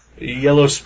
Yellow